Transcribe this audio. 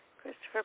Christopher